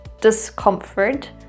discomfort